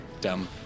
Dumb